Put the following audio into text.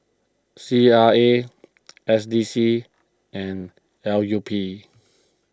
C R A S D C and L U P